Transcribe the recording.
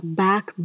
back